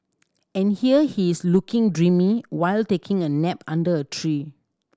and here he is looking dreamy while taking a nap under a tree